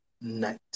night